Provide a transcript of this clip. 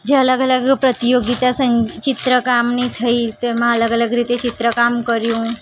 જે અલગ અલગ પ્રતિયોગીતા ચિત્રકામની થઇ તો એમાં અલગ અલગ રીતે ચિત્રકામ કર્યું